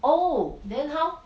oh then how